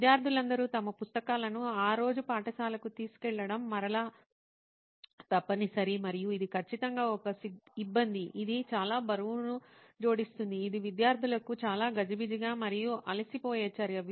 విద్యార్థులందరూ తమ పాఠ్యపుస్తకాలను ఆ రోజు పాఠశాలకు తీసుకెళ్లడం మరలా తప్పనిసరి మరియు ఇది ఖచ్చితంగా ఒక ఇబ్బంది ఇది చాలా బరువును జోడిస్తోంది ఇది విద్యార్థులకు చాలా గజిబిజిగా మరియు అలసిపోయే చర్య